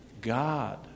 God